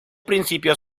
principio